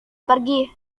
pergi